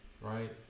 right